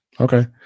Okay